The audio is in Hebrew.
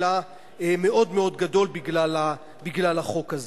הם מאוד בעייתיים, והחוק הזה